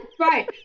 Right